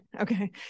okay